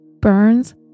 burns